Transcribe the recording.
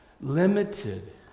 limited